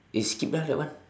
eh skip lah that one